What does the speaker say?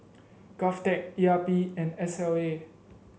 Govtech E R P and S L A